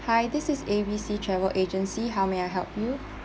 hi this is A_B_C travel agency how may I help you